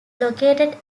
located